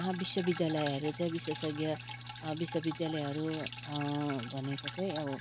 महाविश्वविद्यालयहरू चाहिँ विशेषज्ञ विश्वविद्यालयहरू भनेको चाहिँ अब